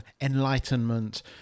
enlightenment